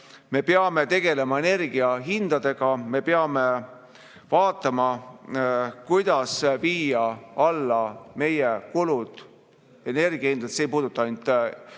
me peame tegelema energiahindadega, me peame vaatama, kuidas viia alla meie kulud. Energia hind